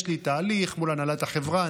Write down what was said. יש לי תהליך מול הנהלת החברה,